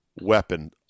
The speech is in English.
weapon